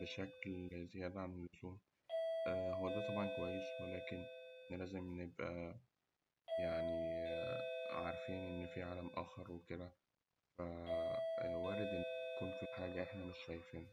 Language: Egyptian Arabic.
بشكل زيادة عن اللزوم، هو ده طبعاً كويس ولكن إحنا لازم نبقى عارفين إن في عالم آخر وكده، ف وارد إن يكون فيه حاجة إحنا مش شايفينها.